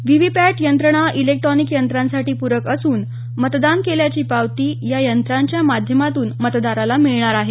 VVPAT यंत्रणा electronic यंत्रांसाठी पूरक असून मतदान केल्याची पावती या यंत्रांच्या माध्यमातून मतदाराला मिळणार आहे